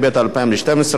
התשע"ב 2012,